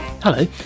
Hello